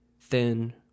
thin